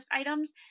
items